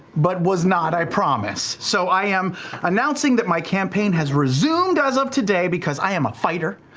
but was not, i promise. so i am announcing that my campaign has resumed as of today because i am a fighter,